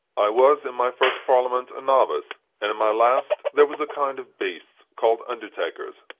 i was, in my first parliament, a novice and in my last, there was a kind of beasts, called undertakers,